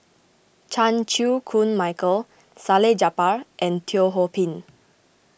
Chan Chew Koon Michael Salleh Japar and Teo Ho Pin